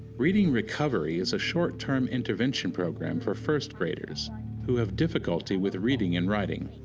reading recovery is a short term intervention program for first graders who have difficulty with reading and writing.